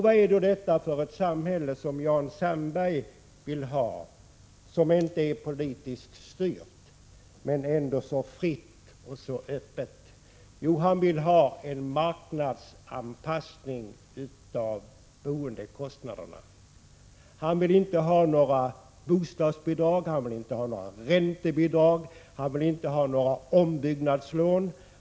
Vad är det då för samhälle som Jan Sandberg vill ha, som inte är politiskt styrt men ändå så fritt och så öppet? Jo, han vill ha en marknadsanpassning av boendekostnaderna. Han vill inte ha några bostadsbidrag, inte några räntebidrag och inte några ombyggnadslån.